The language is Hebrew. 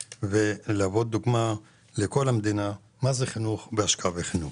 ולהוות דוגמה לכל המדינה שתראה מה זה חינוך והשקעה בחינוך.